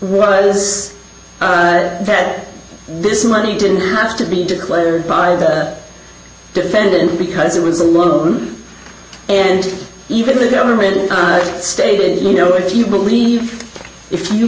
was that this money didn't have to be declared by the defendant because it was a loan and even the government stated you know if you believe if you